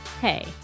Hey